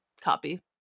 copy